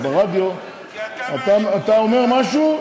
אז ברדיו, אתה אומר משהו,